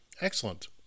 Excellent